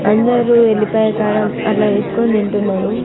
అందరూ వెల్లిపాయ కారం అట్లా వేసుకుని తింటున్నారు